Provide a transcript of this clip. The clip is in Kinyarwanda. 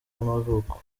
y’amavuko